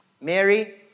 Mary